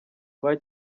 kwa